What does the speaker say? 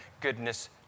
goodness